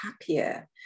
happier